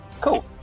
cool